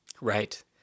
Right